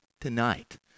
tonight